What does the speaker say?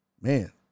Man